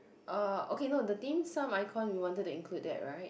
uh okay no the dimsum icon we wanted to include that [right]